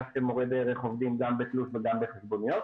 שמורי דרך עובדים גם בתלוש וגם בחשבוניות,